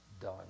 done